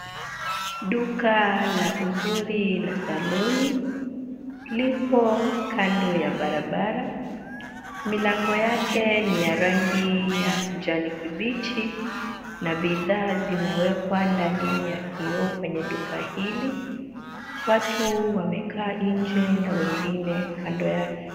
Duka la Uzuri na Saluni. Lipo kando ya barabara, milango yake ni ya rangi ya kijani kibichi, na bidhaa zimewekwa ndani ya kioo kwenye duka hili. Watu wamekaa nje na wengine kando yake.